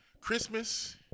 Christmas